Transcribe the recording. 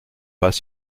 pas